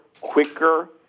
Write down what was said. quicker